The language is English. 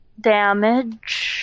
damage